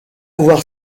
avoir